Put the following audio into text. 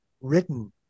written